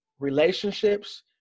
relationships